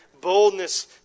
boldness